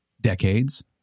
decades